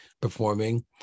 performing